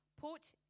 put